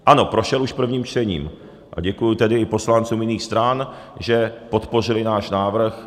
Ano, prošel už prvním čtením, a děkuji tedy i poslancům jiných stran, že podpořili náš návrh.